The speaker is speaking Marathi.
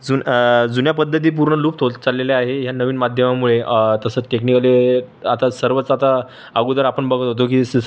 जुनं जुन्या पद्धती पूर्ण लुप्त होत चाललेल्या आहे ह्या नवीन माध्यमामुळे तसं टेक्निकली आता सर्वच आता अगोदर आपण बघत होतो की सी सं